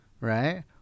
Right